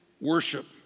worship